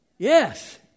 Yes